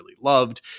loved